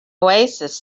oasis